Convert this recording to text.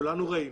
כולנו ראינו.